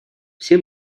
все